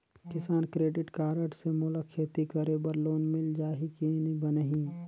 किसान credit card से मोला खेती करे बर लोन मिल जाहि की बनही??